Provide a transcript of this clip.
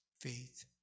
Faith